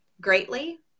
greatly